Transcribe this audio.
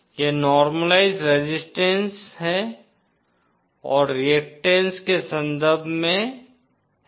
यह normalised resistance और reactance के संदर्भ में है